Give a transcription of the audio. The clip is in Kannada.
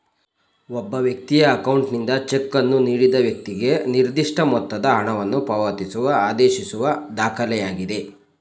ಒಬ್ಬ ವ್ಯಕ್ತಿಯ ಅಕೌಂಟ್ನಿಂದ ಚೆಕ್ ಅನ್ನು ನೀಡಿದ ವೈಕ್ತಿಗೆ ನಿರ್ದಿಷ್ಟ ಮೊತ್ತದ ಹಣವನ್ನು ಪಾವತಿಸುವ ಆದೇಶಿಸುವ ದಾಖಲೆಯಾಗಿದೆ